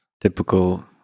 Typical